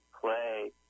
play